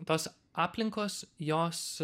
tos aplinkos jos